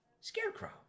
Scarecrow